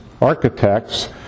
architects